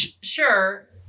sure